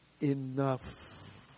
enough